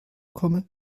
komme